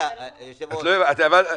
היושב ראש --- חבר'ה,